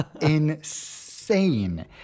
insane